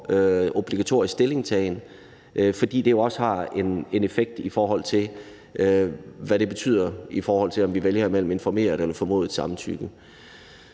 obligatorisk stillingtagen, fordi det jo også har en effekt, i forhold til hvad det betyder, om vi vælger et informeret eller et formodet samtykke.